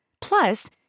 Plus